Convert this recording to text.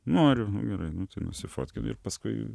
noriu nu gerai nu tai nusifotkino ir paskui